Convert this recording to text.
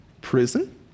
prison